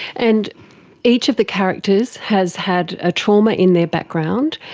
and each of the characters has had a trauma in their background.